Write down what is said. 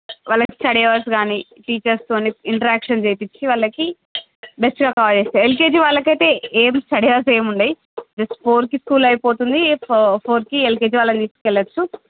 వాళ్ళకి study hours గాని teachers తోని ఇంటరాక్షన్ చేయిచ్చి వాళ్ళకి బెస్ట్ ఒక ఎల్కేజీ వాళ్ళకైతే ఏమి స్టడీ అవర్స్ ఏమి ఉండవు జస్ట్ ఫోర్ కి స్కూల్ అయిపోతుంది ఫోర్ కి ఎల్కేజీ వాళ్ళను తీసుకెళ్ళవచ్చు